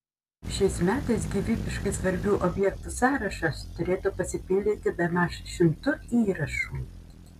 šiais metais gyvybiškai svarbių objektų sąrašas turėtų pasipildyti bemaž šimtu įrašų